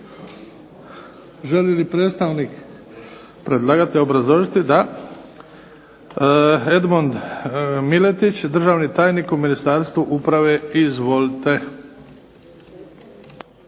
Želi li predstavnik predlagatelja obrazložiti? Da. EDmond MIletić, državni tajnik u Ministarstvu uprave, izvolite.